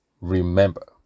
Remember